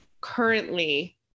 currently